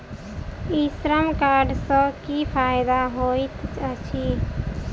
ई श्रम कार्ड सँ की फायदा होइत अछि?